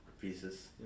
pieces